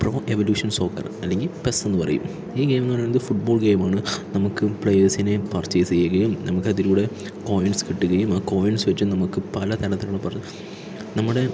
pro evolution soccer അല്ലെങ്കിൽ PES എന്നു പറയും ഈ ഗൈയിം എന്ന് പറയുന്നത് ഫുട്ബോൾ ഗെയിമാണ് നമുക്ക് പ്ലയേഴ്സിനെ പർച്ചേസ് ചെയ്യുകയും നമുക്കത്തിലൂടെ കോയിൻസ് കിട്ടുകയും ആ കോയിൻസ് വച്ച് നമുക്ക് പലതലത്തിലുള്ള നമ്മുടെ